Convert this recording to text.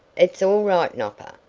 it's all right, nopper.